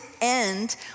end